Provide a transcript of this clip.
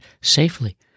safely